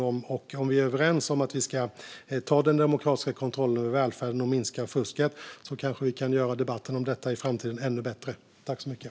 Om vi är överens om att vi ska ta den demokratiska kontrollen över välfärden och minska fusket kan vi kanske göra debatten om detta ännu bättre i framtiden.